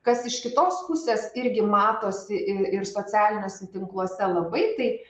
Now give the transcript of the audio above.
kas iš kitos pusės irgi matosi ir socialiniuose tinkluose labai tai